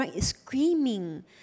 screaming